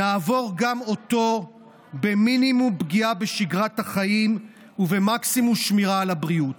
נעבור גם אותו במינימום פגיעה בשגרת החיים ובמקסימום שמירה על הבריאות.